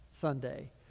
sunday